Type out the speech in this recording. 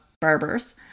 barbers